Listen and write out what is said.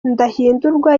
ndahindurwa